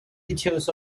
details